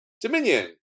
dominion